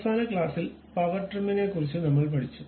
അവസാന ക്ലാസിൽ പവർ ട്രിമിനെക്കുറിച്ച് നമ്മൾ പഠിച്ചു